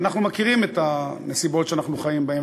ואנחנו מכירים את הנסיבות שאנחנו חיים בהן.